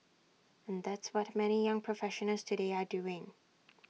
and that's what many young professionals today are doing